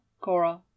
Cora